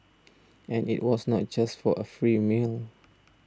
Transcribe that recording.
and it was not just for a free meal